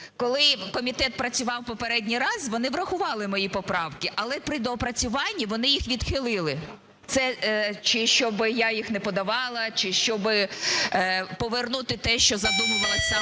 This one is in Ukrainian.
коли комітет працював попередній раз, вони врахували мої поправки, але при доопрацюванні вони їх відхили. Це чи щоби я їх не подавала, чи щоби повернути те, що задумувалось